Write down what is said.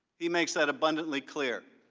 he makes it abundantly clear.